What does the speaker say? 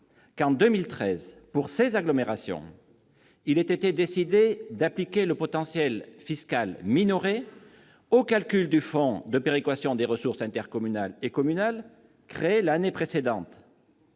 que, pour ces agglomérations, il ait été décidé en 2013 d'appliquer le potentiel fiscal minoré au calcul du Fonds national de péréquation des ressources intercommunales et communales, créé l'année précédente.